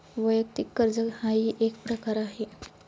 वैयक्तिक कर्ज हाही एक प्रकार आहे